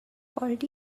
called